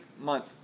month